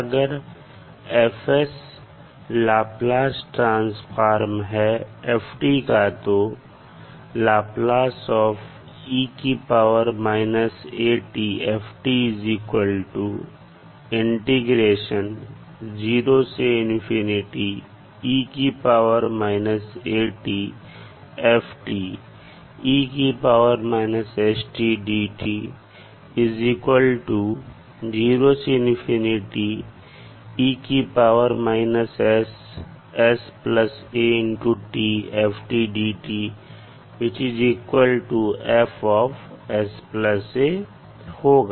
अगर Laplace transform है का तो होगा